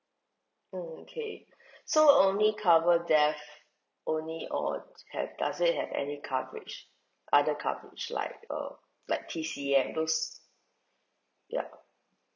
okay so only cover death only or have does it have any coverage other coverage like uh like T_C_M those ya